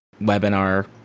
webinar